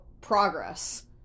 progress